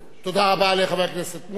תודה רבה לחבר הכנסת מולה.